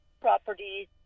properties